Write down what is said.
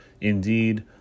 Indeed